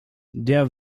der